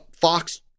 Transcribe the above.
Fox